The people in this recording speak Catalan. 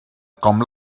com